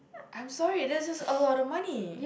I'm sorry that's just a lot of money